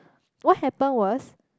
what happen was